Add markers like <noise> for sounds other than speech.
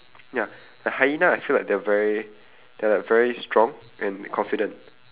ya the hyena I feel like they're very <breath> they're very strong and confident